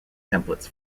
templates